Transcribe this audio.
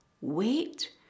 wait